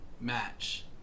match